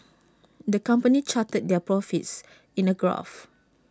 the company charted their profits in A graph